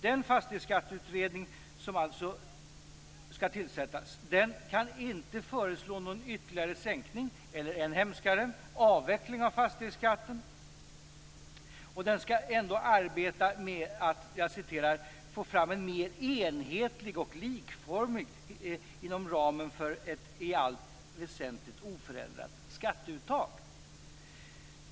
Den fastighetsskatteutredning som skall tillsättas kan alltså inte föreslå någon ytterligare sänkning eller - ännu hemskare - en avveckling av fastighetsskatten. Utredningen skall ändå arbeta med att få fram något mer enhetligt och likformigt inom ramen för ett i allt väsentligt oförändrat skatteuttag.